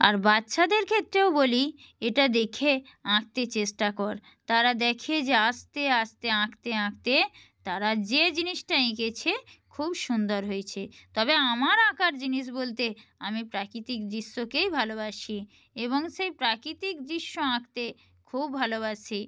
আর বাচ্ছাদের ক্ষেত্রেও বলি এটা দেখে আঁকতে চেষ্টা কর তারা দেখে যে আস্তে আস্তে আঁকতে আঁকতে তারা যে জিনিসটা এঁকেছে খুব সুন্দর হয়েছে তবে আমার আঁকার জিনিস বলতে আমি প্রাকৃতিক দৃশ্যকেই ভালোবাসি এবং সেই প্রাকৃতিক দৃশ্য আঁকতে খুব ভালোবাসি